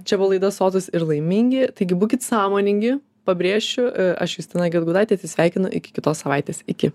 čia buvo laida sotūs ir laimingi taigi būkit sąmoningi pabrėšiu aš justina gedgaudaitė atsisveikinu iki kitos savaitės iki